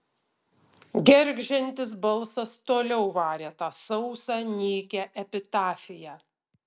gergždžiantis balsas toliau varė tą sausą nykią epitafiją